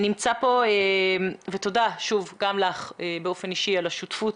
שוב, תודה גם לך באופן אישי על השותפות